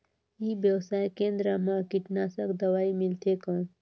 ई व्यवसाय केंद्र मा कीटनाशक दवाई मिलथे कौन?